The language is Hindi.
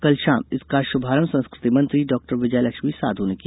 कल शाम इसका शभारंम संस्कृति मंत्री डॉ विजयलक्ष्मी साधौ ने किया